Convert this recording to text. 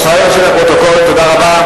בעד, 11, נגד, 34, אין